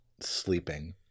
sleeping